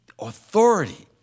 authority